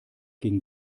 gegen